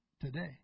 today